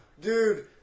dude